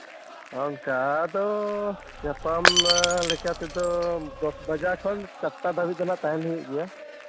ᱚᱱᱠᱟ ᱫᱚ ᱧᱟᱯᱟᱢ ᱞᱮᱠᱟ ᱛᱮᱫᱚ ᱫᱚᱥ ᱵᱟᱡᱟ ᱠᱷᱚᱱ ᱪᱟᱴᱼᱴᱟ ᱫᱷᱟᱹᱨᱤᱡ ᱫᱚ ᱱᱟᱜ ᱛᱟᱦᱮᱱ ᱦᱩᱭᱩᱜ ᱜᱮᱭᱟ